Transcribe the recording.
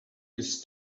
this